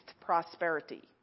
prosperity